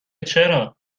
چرا